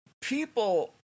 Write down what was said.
people